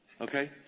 Okay